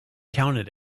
counted